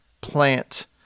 plant